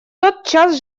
тотчас